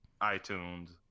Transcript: iTunes